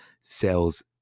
sales